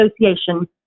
Association